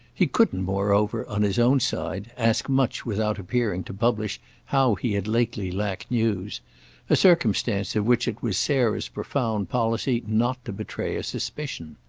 he couldn't moreover on his own side ask much without appearing to publish how he had lately lacked news a circumstance of which it was sarah's profound policy not to betray a suspicion.